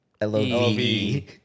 L-O-V